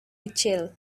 rachel